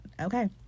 okay